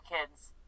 kids